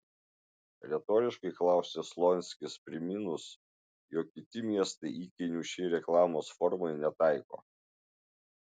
retoriškai klausia slonskis priminus jog kiti miestai įkainių šiai reklamos formai netaiko